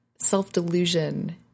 self-delusion